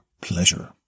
pleasure